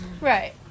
Right